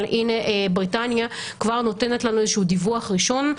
אבל הנה בריטניה כבר נותנת לנו איזשהו דיווח ראשון,